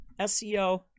seo